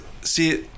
see